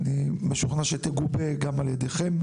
אני משוכנע שתגובה גם על ידיכם,